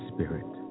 Spirit